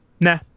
nah